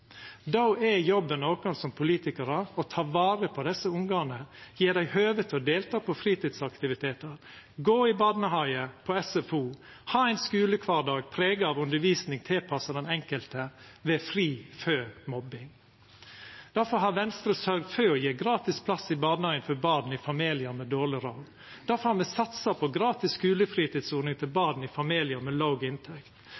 Då er jobben vår som politikarar å ta vare på desse ungane, gje dei høve til å delta på fritidsaktivitetar, gå i barnehage og på SFO og ha ein skulekvardag prega av undervisning tilpassa den enkelte og fri for mobbing. Difor har Venstre sørgt for å gje gratis plass i barnehage for barn i familiar med dårleg råd, difor har me satsa på gratis skulefritidsordning til